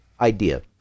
idea